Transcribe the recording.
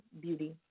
Beauty